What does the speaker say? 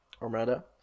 Armada